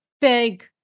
big